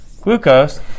Glucose